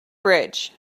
bridge